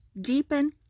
deepen